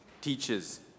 teaches